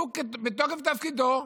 הוא בתוקף תפקידו.